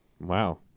Wow